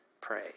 pray